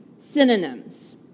synonyms